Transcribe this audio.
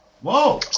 Whoa